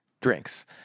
drinks